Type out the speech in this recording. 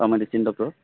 O medicine doctor